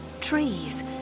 trees